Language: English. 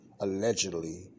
allegedly